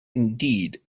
indeed